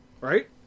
Right